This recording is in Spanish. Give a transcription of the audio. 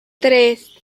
tres